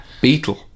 Beetle